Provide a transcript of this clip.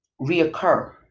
reoccur